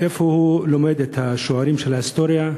איך הוא ילמד את השיעורים של ההיסטוריה?